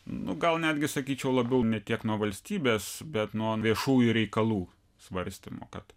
nu gal netgi sakyčiau labiau ne tiek nuo valstybės bet nuo viešųjų reikalų svarstymo kad